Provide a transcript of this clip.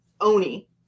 Oni